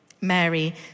Mary